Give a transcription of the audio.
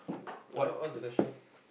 uh what's the question